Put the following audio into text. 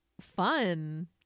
Fun